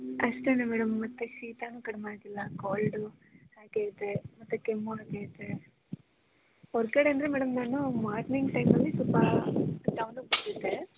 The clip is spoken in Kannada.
ಅಷ್ಟೇ ಮೇಡಮ್ ಮತ್ತು ಶೀತಾನೂ ಕಡಿಮೆ ಆಗಿಲ್ಲ ಕೋಲ್ಡೂ ಹಾಗೆ ಇದೆ ಮತ್ತು ಕೆಮ್ಮೂ ಹಾಗೆ ಇದೆ ಹೊರ್ಗಡೆಂದ್ರೆ ಮೇಡಮ್ ನಾನು ಮಾರ್ನಿಂಗ್ ಟೈಮಲ್ಲಿ ಸ್ವಲ್ಪ ಟೌನಿಗೆ ಬಂದಿದ್ದೆ